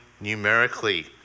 numerically